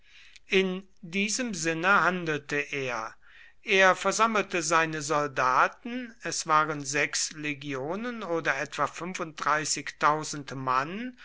in diesem sinne handelte er er versammelte seine soldaten es waren sechs legionen oder etwa mann